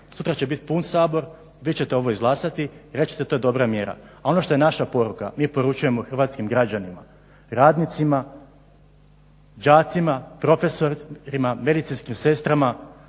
Sutra će bit pun Sabor, vi ćete ovo izglasati i reći ćete to je dobra mjera. A ono što je naša poruka mi poručujemo hrvatskim građanima, radnicima, đacima, profesorima, medicinskim sestrama.